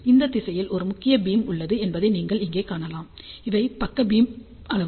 இந்த திசையில் ஒரு முக்கிய பீம் உள்ளது என்பதை நீங்கள் இங்கே காணலாம் இவை பக்க பீம் அளவுகள்